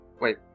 wait